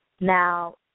Now